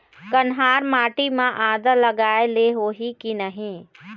कन्हार माटी म आदा लगाए ले होही की नहीं?